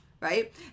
right